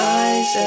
eyes